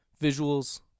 Visuals